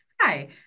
Hi